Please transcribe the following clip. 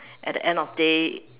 at the end of the day